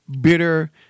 bitter